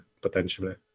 potentially